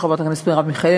הצעה שחברת הכנסת מרב מיכאלי,